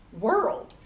world